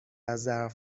ظرف